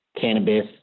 cannabis